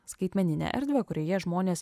skaitmeninę erdvę kurioje žmonės